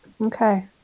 Okay